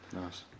Nice